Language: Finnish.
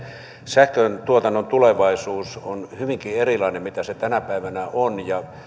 sähköntuotannon tulevaisuus on hyvinkin erilainen kuin mitä se tänä päivänä on